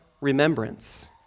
remembrance